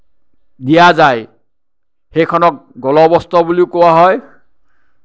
দিয়া যায় সেইখনক গলবস্ত্ৰ বুলিও কোৱা যায়